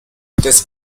des